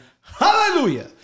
Hallelujah